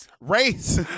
Race